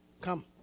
come